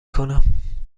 کنم